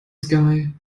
sky